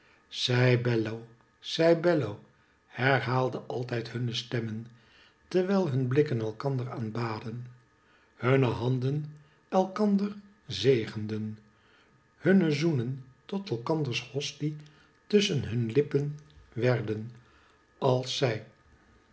bella sei bello herhaalden altijd hun stemmen terwijl hun blikken elkander aanbaden hunne handen elkander zegenden hunne zoenen tot elkanders hostie tusschen hun lippen werden als zij